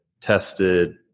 tested